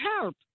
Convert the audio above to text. help